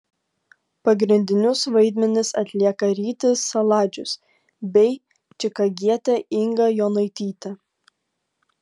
pagrindinius vaidmenis atlieka rytis saladžius bei čikagietė inga jonaitytė